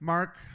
Mark